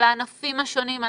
לענפים השונים,